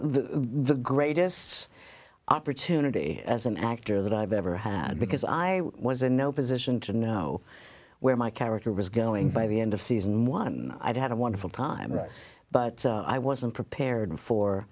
the greatest opportunity as an actor that i've ever had because i was in no position to know where my character was going by the end of season one i'd had a wonderful time but i wasn't prepared for